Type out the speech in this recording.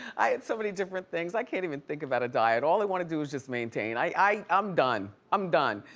i had so many different things, i can't even think about a diet. all i want to do is just maintain. i'm done, i'm done.